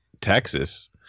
Texas